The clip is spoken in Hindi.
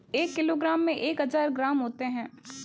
एक किलोग्राम में एक हज़ार ग्राम होते हैं